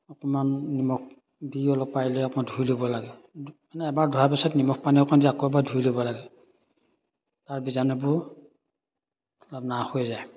অকণমান নিমখ দি অলপ পাৰিলে অকণমান ধুই ল'ব লাগে মানে এবাৰ ধোৱাৰ পিছত নিমখ পানী অকণমান যে আকৌ এবাৰ ধুই ল'ব লাগে তাৰ বীজাণুবোৰ নাশ হৈ যায়